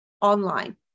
online